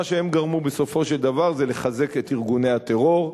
מה שהם גרמו בסופו של דבר זה לחיזוק ארגוני הטרור,